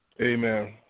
Amen